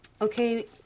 okay